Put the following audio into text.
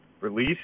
Release